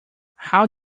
how